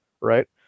right